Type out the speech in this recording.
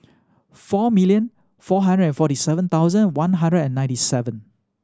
four million four hundred and forty seven thousand one hundred and ninety seven